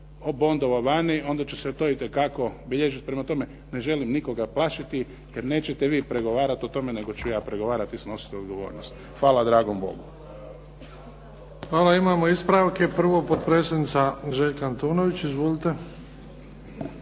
… vani onda će se to itekako bilježiti. Prema tome, ne želim nikoga plašiti jer nećete vi pregovarati o tome, nego ću ja pregovarati i snositi odgovornost. Hvala dragom Bogu. **Bebić, Luka (HDZ)** Hvala. Imamo ispravke, prvo potpredsjednica Željka Antunović Izvolite.